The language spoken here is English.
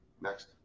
Next